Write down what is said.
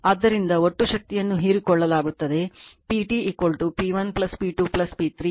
ಆದ್ದರಿಂದ ಒಟ್ಟು ಶಕ್ತಿಯನ್ನು ಹೀರಿಕೊಳ್ಳಲಾಗುತ್ತದೆ PT P1 P2 P3